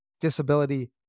disability